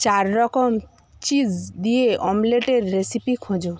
চার রকম চিজ দিয়ে অমলেটের রেসিপি খোঁজো